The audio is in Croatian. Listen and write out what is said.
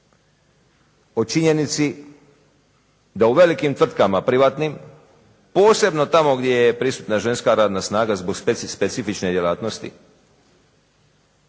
o činjenici da u velikim tvrtkama privatnim posebno tamo gdje je prisutna ženska radna snaga zbog specifične djelatnosti.